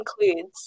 includes